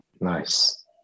Nice